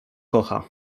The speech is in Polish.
kocha